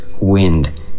wind